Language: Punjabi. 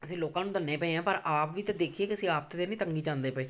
ਅਸੀਂ ਲੋਕਾਂ ਨੂੰ ਦਿੰਦੇ ਪਏ ਹਾਂ ਪਰ ਆਪ ਵੀ ਤਾਂ ਦੇਖੀਏ ਕਿ ਅਸੀਂ ਆਪ ਤਾਂ ਨਹੀਂ ਤੰਗੀ 'ਚ ਆਉਂਦੇ ਪਏ